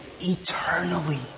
eternally